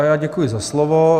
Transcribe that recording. Já děkuji za slovo.